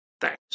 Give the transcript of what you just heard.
Thanks